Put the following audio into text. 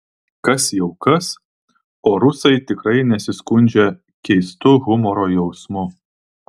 kas jau kas o rusai tikrai nesiskundžia keistu humoro jausmu